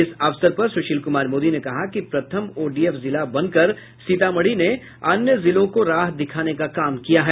इस अवसर पर सुशील कुमार मोदी ने कहा कि प्रथम ओडीएफ जिला बनकर सीतामढ़ी ने अन्य जिलों को राह दिखाने का काम किया है